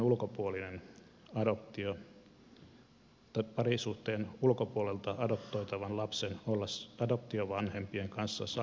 tuleeko mahdollisen parisuhteen ulkopuolelta adoptoitavan lapsen olla adoptiovanhempien kanssa samaa sukupuolta